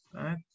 Right